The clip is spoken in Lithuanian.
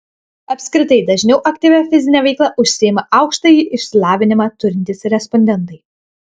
apskritai dažniau aktyvia fizine veikla užsiima aukštąjį išsilavinimą turintys respondentai